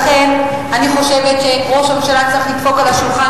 לכן אני חושבת שראש הממשלה צריך לדפוק על השולחן